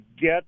get